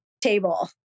table